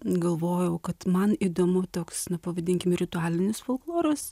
galvojau kad man įdomu toks na pavadinkim ritualinis folkloras